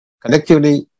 Collectively